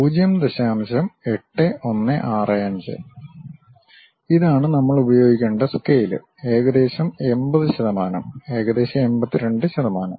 8165 ഇതാണ് നമ്മൾ ഉപയോഗിക്കേണ്ട സ്കെയിൽ ഏകദേശം 80 ശതമാനം ഏകദേശം 82 ശതമാനം